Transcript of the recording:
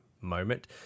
moment